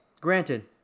Granted